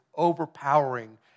overpowering